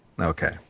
Okay